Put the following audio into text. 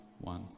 one